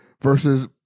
Versus